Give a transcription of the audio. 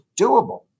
doable